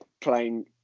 Playing